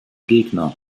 gegner